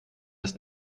ist